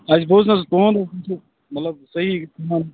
اسہ بوٗز نہ حظ تُہُنٛد مطلب سہی